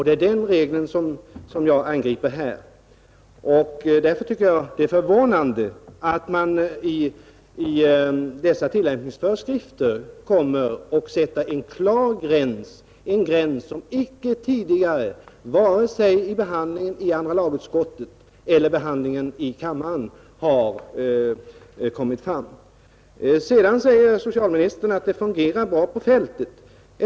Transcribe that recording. Det är den föreskriften som jag angriper här. Det är förvånande att man i dessa tillämpningsföreskrifter sätter en klar gräns, en gräns som icke tidigare vare sig vid behandlingen i andra lagutskottet eller vid behandlingen i kammaren har kommit fram. Socialministern säger att det fungerar bra på fältet.